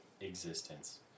existence